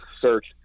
search